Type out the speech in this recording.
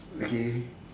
okay